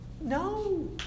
No